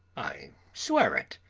i swear it!